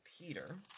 Peter